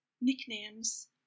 nicknames